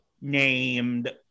named